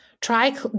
Try